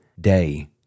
day